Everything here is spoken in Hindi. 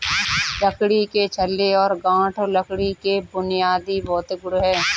लकड़ी के छल्ले और गांठ लकड़ी के बुनियादी भौतिक गुण हैं